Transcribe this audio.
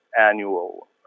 annual